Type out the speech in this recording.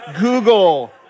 Google